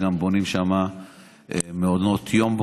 בונים שם מעונות יום,